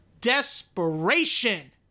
desperation